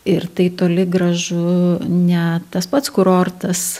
ir tai toli gražu ne tas pats kurortas